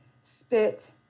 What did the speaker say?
spit